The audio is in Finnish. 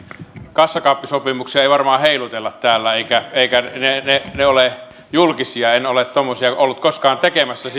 kassakaappisopimuksia ei varmaan heilutella täällä eivätkä ne ole julkisia en ole tuommoisia kassakaappisopimuksia ollut koskaan tekemässä